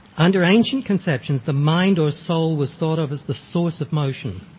under ancient conceptions, the mind or soul was thought of as the source of motion,